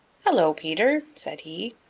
hello, peter, said he.